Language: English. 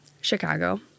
Chicago